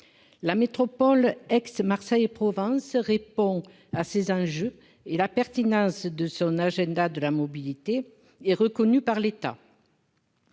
La métropole d'Aix-Marseille-Provence répond à ces enjeux, et la pertinence de son agenda de la mobilité est reconnue par l'État.